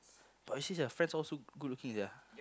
but you see their friends all so good-looking sia